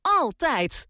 altijd